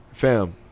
fam